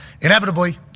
Inevitably